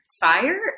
fire